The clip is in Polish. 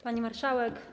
Pani Marszałek!